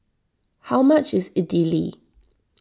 how much is Idili